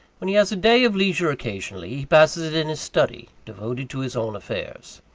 when he has a day of leisure occasionally, he passes it in his study, devoted to his own affairs.